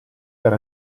per